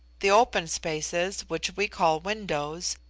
the open spaces, which we call windows,